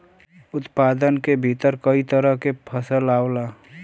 उत्पादन के भीतर कई तरह के फसल आवला